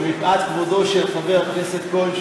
ומפאת כבודו של חבר הכנסת כהן,